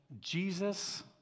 Jesus